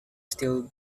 still